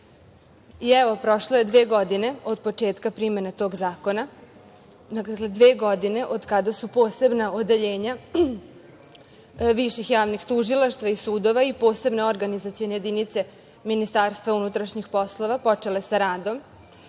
Evo, prošlo je dve godine od početka primene tog zakona, dakle dve godine od kada su posebna odeljenja viših javnih tužilaštava i sudova i posebne organizacione jedinice MUP-a počele sa radom.